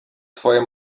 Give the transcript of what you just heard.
twoja